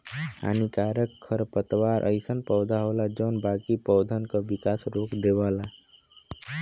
हानिकारक खरपतवार अइसन पौधा होला जौन बाकी पौधन क विकास रोक देवला